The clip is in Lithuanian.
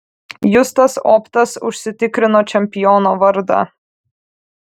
justas optas užsitikrino čempiono vardą